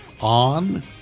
on